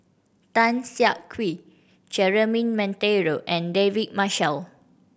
Tan Siak Kew Jeremy Monteiro and David Marshall